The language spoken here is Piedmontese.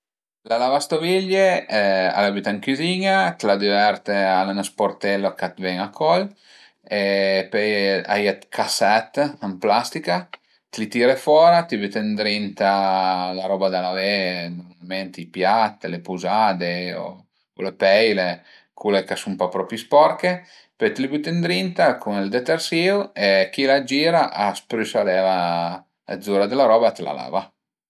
La lavastoviglie la büte ën cüzin-a, t'la düverte, al a ün sportello ch'a të ven a col e pöi a ie dë casèt dë plastica, ti tire fora, ti büte ëndrinta la roba da lavé, nurmalmente i piat, le puzade o le peile, cule ch'a sun pa propi sporche, pöi t'li büte ëndrinta cun ël detersìu e chila a gira, a sprüsa l'eva zura d'la roba e a t'la lava